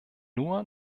nur